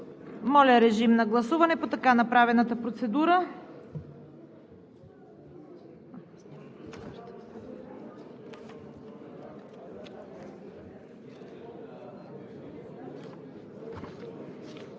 Моля, режим на гласуване по така направената процедура.